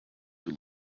who